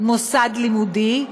"מוסד לימודי"